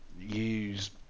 use